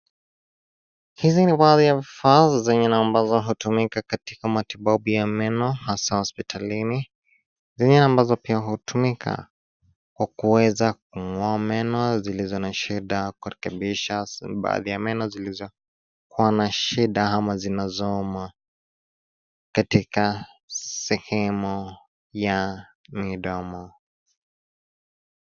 Hizi ni baadhi ya vifaa zenye na ambazo hutumika katika matibabu ya meno, hasaa hospitalini, zenye ambazo pia hutumika kwa kuweza kung'oa meno zilizo na shida, kurekebisha baadhi ya meno zilizokuwa na shida ama zinazouma katika sehemu ya midomo.